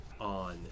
on